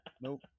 Nope